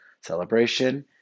celebration